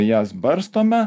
jas barstome